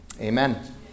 Amen